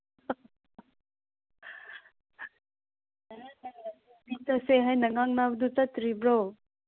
ꯆꯠꯁꯦ ꯍꯥꯏꯅ ꯉꯥꯡꯅꯕꯗꯨ ꯆꯠꯇ꯭ꯔꯤꯕꯣ